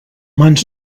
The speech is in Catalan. mans